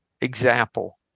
example